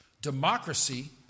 democracy